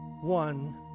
one